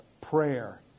prayer